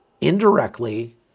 indirectly